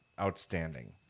Outstanding